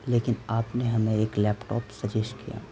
لیکن آپ نے ہمیں ایک لیپ ٹاپ سجیش کیا